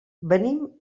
venim